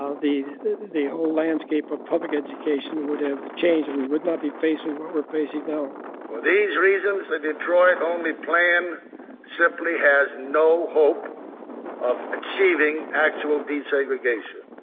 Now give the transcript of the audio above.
ah the the whole landscape of public education would have changed, and we would not be facing what we're facing now for these reasons, the detroit-only plan simply has no hope of achieving actual desegregation.